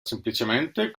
semplicemente